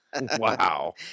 wow